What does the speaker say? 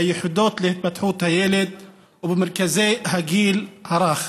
ביחידות להתפתחות הילד ובמרכזי הגיל הרך.